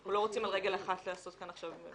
אנחנו לא רוצים על רגל אחת לעשות כאן עכשיו...